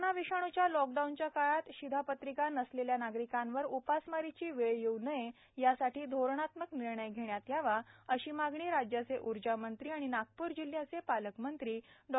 corona विषाणूच्या lockdown काळात शिधापत्रिका नसलेल्या नागरिकांवर उपासमारीची वेळ येऊ नये यासाठी धोरणात्मक निर्णय घेण्यात यावा अशी मागणी राज्याचे ऊर्जामंत्री आणि नागपूर जिल्ह्याचे पालकमंत्री डॉ